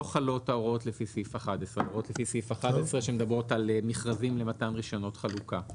חלות ההוראות לפי סעיף 11 שמדברות על מכרזים למתן רישיונות חלוקה.